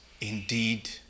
indeed